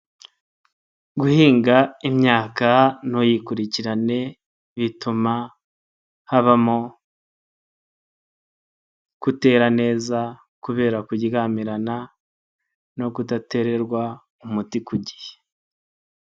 Guhinga imyaka ntuyikurikirane bituma habamo kutera neza kubera kuryamirana no kudatererwa umuti ku gihe.